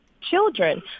children